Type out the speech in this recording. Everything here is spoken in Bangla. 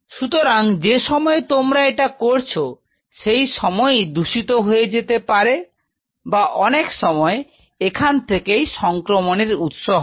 সুতরাং যে সময়ে তোমরা এটা করছো সেই সময়ই দূষিত হয়ে যেতে পারে বা অনেক সময় এখান থেকেই সংক্রমণের উৎস হয়